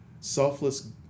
selfless